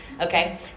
okay